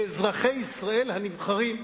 לאזרחי ישראל הנבחרים,